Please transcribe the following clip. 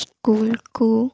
ସ୍କୁଲକୁ